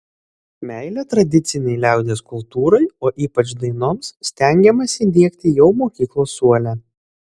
meilę tradicinei liaudies kultūrai o ypač dainoms stengiamasi diegti jau mokyklos suole